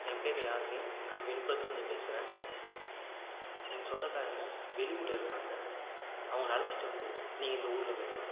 என் பேர் யாசின் நான் விழுப்புரத்துலேருந்து பேசுகிறேன் எங்கள் சொந்தக்காரங்க வெளியூரில் இருக்காங்க அவங்களை அழைச்சுட்டு வந்து நீங்கள் இந்த ஊரில் விடணும்